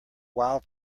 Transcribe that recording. wild